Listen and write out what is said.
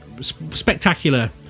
spectacular